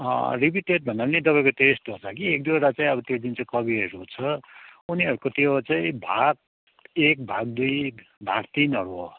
repeated भन्दा पनि तपाईँको त्यस्तो छ कि एक दुइवटा चाहिँ त्यो जुन चाहिँ कविहरू छ उनीहरूको त्यो चाहिँ भाग एक भाग दुई भाग तिनहरू हो